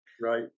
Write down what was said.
Right